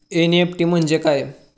NEFT म्हणजे काय?